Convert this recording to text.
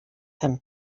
him